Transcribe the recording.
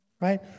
right